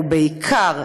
ובעיקר,